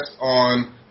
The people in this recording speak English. on